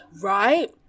Right